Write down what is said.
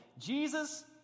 Jesus